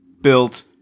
built